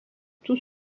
tous